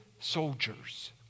soldiers